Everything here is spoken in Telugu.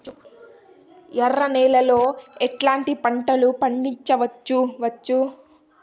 ఎర్ర నేలలో ఎట్లాంటి పంట లు పండించవచ్చు వచ్చు?